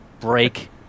break